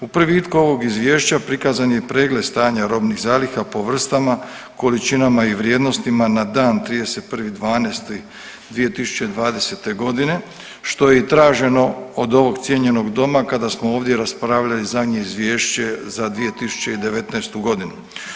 U privitku ovog izvješća prikaz je pregled stanja robnih zaliha po vrstama, količinama i vrijednostima na dan 31.12.2020. godine što je i traženo do ovog cijenjenog doma kada smo ovdje raspravljali zadnje izvješće za 2019. godinu.